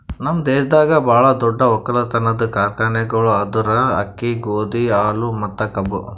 ನಮ್ ದೇಶದಾಗ್ ಭಾಳ ದೊಡ್ಡ ಒಕ್ಕಲತನದ್ ಕಾರ್ಖಾನೆಗೊಳ್ ಅಂದುರ್ ಅಕ್ಕಿ, ಗೋದಿ, ಹಾಲು ಮತ್ತ ಕಬ್ಬು